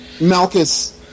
Malchus